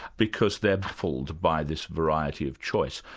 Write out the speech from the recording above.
because they're baffled by this variety of choice.